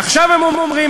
עכשיו הם אומרים,